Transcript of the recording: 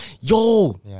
yo